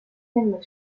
mit